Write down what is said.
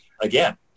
again